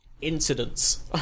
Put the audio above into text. incidents